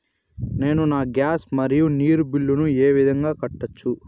నేను నా గ్యాస్, మరియు నీరు బిల్లులను ఏ విధంగా కట్టొచ్చు?